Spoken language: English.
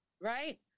Right